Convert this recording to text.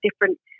different